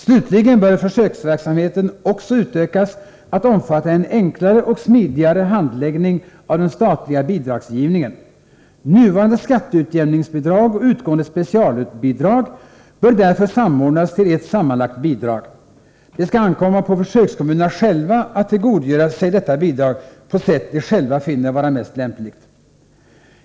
Slutligen bör försöksverksamheten också utökas till att omfatta en enklare och smidigare handläggning av den statliga bidragsgivningen. Nuvarande skatteutjämningsbidrag och existerande specialbidrag bör därför samordnas till ett sammanlagt bidrag. Det skall ankomma på försökskommunerna själva att tillgodogöra sig detta bidrag på sätt de själva finner vara mest lämpligt.